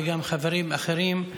וגם חברים אחרים,